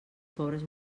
pobres